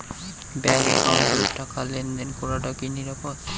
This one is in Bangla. ব্যাংক একাউন্টত টাকা লেনদেন করাটা কি নিরাপদ?